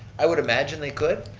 i would imagine they could,